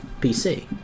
PC